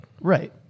right